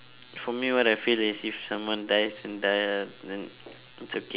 for me what I feel is if someone dies then die lah then it's okay